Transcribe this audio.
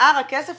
שאר הכסף,